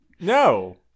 No